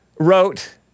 Wrote